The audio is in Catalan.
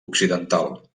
occidental